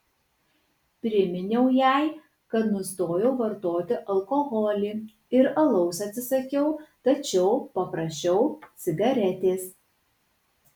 priminiau jai kad nustojau vartoti alkoholį ir alaus atsisakiau tačiau paprašiau cigaretės